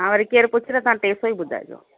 हा वरी केरु पुछे त तव्हां टे सौ ई ॿुधाइजो